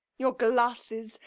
your glasses.